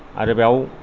आरो बेयाव